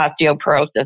osteoporosis